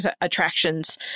attractions